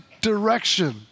direction